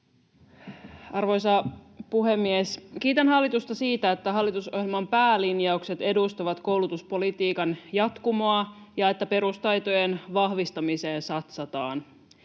Arvoisa puhemies! Kiitän hallitusta siitä, että hallitusohjelman päälinjaukset edustavat koulutuspolitiikan jatkumoa ja että perustaitojen vahvistamiseen satsataan.